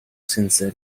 senza